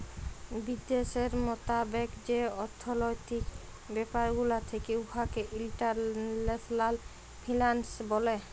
বিদ্যাশের মতাবেক যে অথ্থলৈতিক ব্যাপার গুলা থ্যাকে উয়াকে ইল্টারল্যাশলাল ফিল্যাল্স ব্যলে